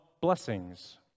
blessings